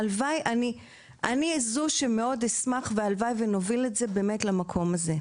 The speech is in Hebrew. אני מאוד אשמח, והלוואי ונוביל את זה למקום הזה.